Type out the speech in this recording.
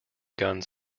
guns